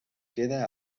queda